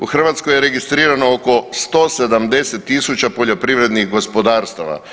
U Hrvatskoj je registrirano oko 170 000 poljoprivrednih gospodarstava.